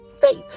faith